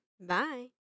Bye